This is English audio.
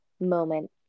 moment